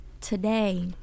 today